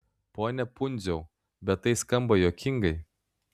pone pundziau bet tai skamba juokingai